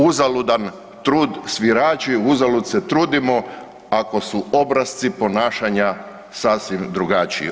Uzaludan trud svirači, uzalud se trudimo ako su obrasci ponašanja sasvim drugačiji.